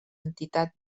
entitat